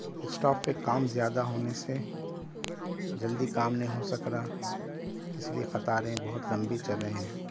staff پہ کام زیادہ ہونے سے جلدی کام نہیں ہو سکھ رہا اس لئے قطاریں بہت لمبی چل رہے ہیں